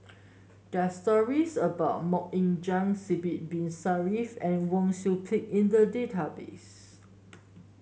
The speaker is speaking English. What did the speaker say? there are stories about MoK Ying Jang Sidek Bin Saniff and Wang Sui Pick in the database